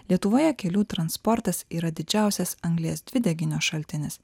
lietuvoje kelių transportas yra didžiausias anglies dvideginio šaltinis